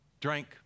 drank